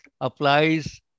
applies